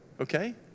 Okay